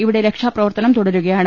ഇവിടെ രക്ഷാ പ്രവർത്തനം തുടരുകയാണ്